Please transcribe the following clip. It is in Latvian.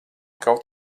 kaut